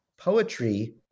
poetry